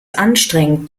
anstrengend